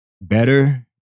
better